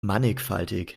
mannigfaltig